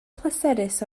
pleserus